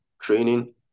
training